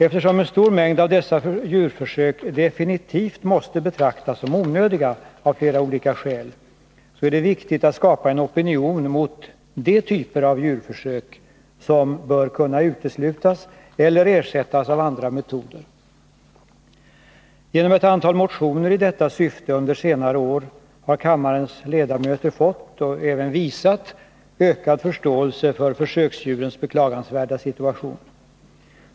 Eftersom en stor mängd av dessa djurförsök definitivt måste betraktas som onödiga — av flera olika skäl — så är det viktigt att skapa en opinion mot de typer av djurförsök som bör kunna uteslutas eller ersättas av andra metoder. Genom ett antal motioner i detta syfte under senare år har kammarens ledamöter fått — och även visat — ökad förståelse för försöksdjurens beklagansvärda situation.